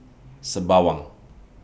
Sembawang